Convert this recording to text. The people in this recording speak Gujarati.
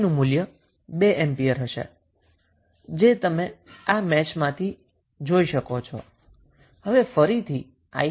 𝑖3 નું મૂલ્ય 2 એમ્પીયર હશે જે તમે આ મેશમાંથી જોઈ શકો છો